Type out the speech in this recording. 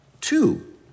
Two